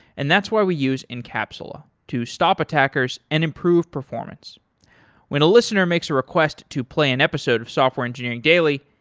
and that's why we use incapsula, to stop attackers and improve performance when a listener makes a request to play an episode of software engineering daily,